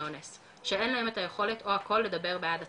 אונס שאין להם את היכולת או הקול לדבר בעד עצמם,